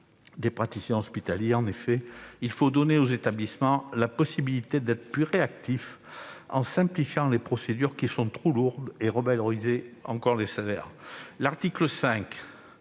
des praticiens hospitaliers. En effet, il faut donner aux établissements la possibilité d'être plus réactifs en simplifiant les procédures trop lourdes. Il faut aussi revaloriser les salaires. L'article 5